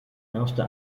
erste